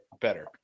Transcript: better